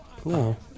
Cool